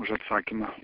už atsakymą